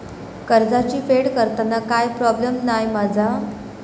कर्जाची फेड करताना काय प्रोब्लेम नाय मा जा?